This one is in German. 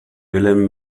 willem